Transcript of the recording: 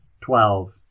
twelve